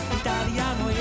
italiano